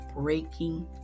breaking